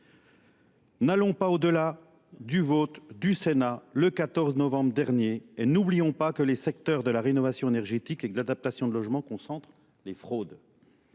N'allons pas au-delà du vote du Sénat le 14 novembre dernier et n'oublions pas que les secteurs de la rénovation énergétique et de l'adaptation de logements concentrent les fraudes.